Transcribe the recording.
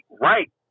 right